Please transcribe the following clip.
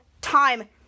time